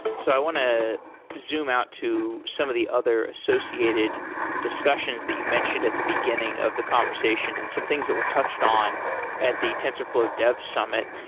so i want to zoom out to some of the other associated discussion that you mentioned at the beginning of the conversation and some things that were touched on at the tensorflow dev summit.